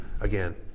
again